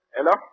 Hello